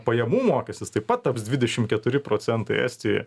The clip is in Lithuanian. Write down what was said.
pajamų mokestis taip pat taps dvidešim keturi procentai estijoje